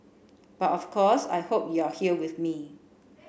but of course I hope you're here with me